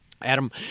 Adam